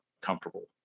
comfortable